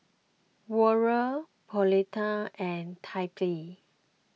Warner Pauletta and Tyree